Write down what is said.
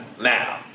Now